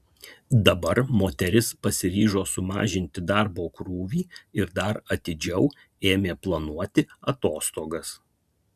dabar moteris pasiryžo sumažinti darbo krūvį ir dar atidžiau ėmė planuoti atostogas